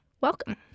Welcome